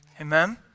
amen